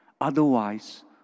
Otherwise